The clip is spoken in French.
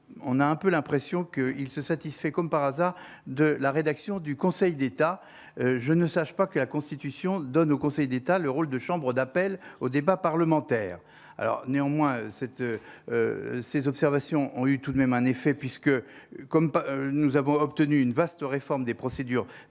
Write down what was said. on a un peu l'impression qu'il se satisfait, comme par hasard, de la rédaction du Conseil d'État, je ne sache pas que la Constitution donne au Conseil d'État, le rôle de chambre d'appel au débat parlementaire alors néanmoins cette ces observations ont eu tout de même un effet puisque comme pas, nous avons obtenu une vaste réforme des procédures d'achat